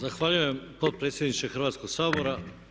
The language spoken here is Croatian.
Zahvaljujem potpredsjedniče Hrvatskog sabora.